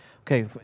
Okay